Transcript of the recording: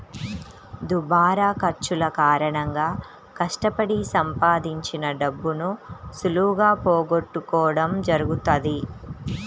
దుబారా ఖర్చుల కారణంగా కష్టపడి సంపాదించిన డబ్బును సులువుగా పోగొట్టుకోడం జరుగుతది